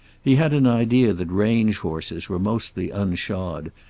he had an idea that range horses were mostly unshod,